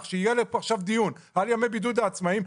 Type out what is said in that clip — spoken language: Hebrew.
שיהיה פה עכשיו דיון על ימי בידוד לעצמאים,